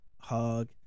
hug